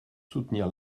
soutenir